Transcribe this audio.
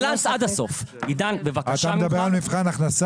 אתה מדבר על מבחן הכנסה?